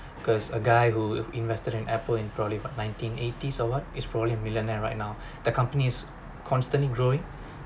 because a guy who invested in Apple in probably about nineteen eighties or what is probably a millionaire right now the company is constantly growing